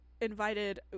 invited